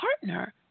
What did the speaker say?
partner